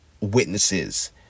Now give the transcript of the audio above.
witnesses